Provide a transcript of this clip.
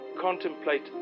contemplate